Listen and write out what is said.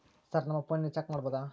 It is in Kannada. ಸರ್ ನಮ್ಮ ಫೋನಿನಲ್ಲಿ ಚೆಕ್ ಮಾಡಬಹುದಾ?